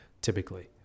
typically